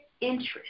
interest